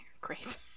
great